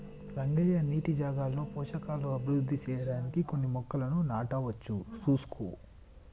రంగయ్య నీటి జాగాలో పోషకాలు అభివృద్ధి సెయ్యడానికి కొన్ని మొక్కలను నాటవచ్చు సూసుకో